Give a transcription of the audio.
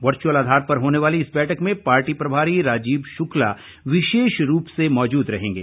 virtual आधार पर होने वाली इस बैठक में पार्टी प्रभारी राजीव शुक्ला विशेष रूप से मौजूद रहेंगे